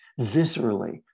viscerally